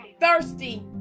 thirsty